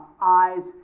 eyes